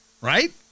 right